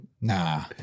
Nah